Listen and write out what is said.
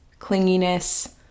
clinginess